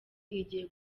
igiye